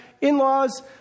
in-laws